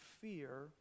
fear